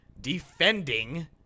defending